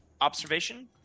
Observation